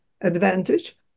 advantage